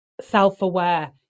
self-aware